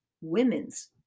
Women's